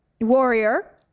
warrior